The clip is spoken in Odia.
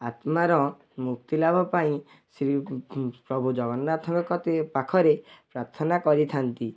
ଆତ୍ମାର ମୁକ୍ତିଲାଭ ପାଇଁ ଶ୍ରୀ ପ୍ରଭୁ ଜଗନ୍ନାଥଙ୍କ କତି ପାଖରେ ପ୍ରାର୍ଥନା କରିଥାନ୍ତି